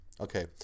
okay